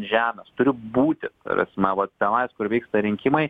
žemės turi būti ta prasme va tenais kur vyksta rinkimai